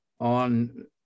on